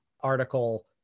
article